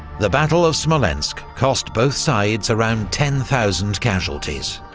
the battle of smolensk cost both sides around ten thousand casualties,